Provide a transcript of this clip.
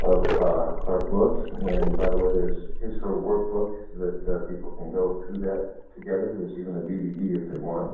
of our book. and by the way, theirs is, her workbooks that people can go through that together. there's even a dvd if they want.